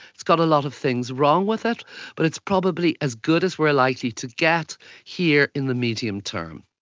it's got a lot of things wrong with it but it's probably as good as we are likely to get here in the medium term.